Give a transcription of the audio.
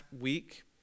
week